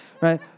right